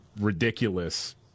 ridiculous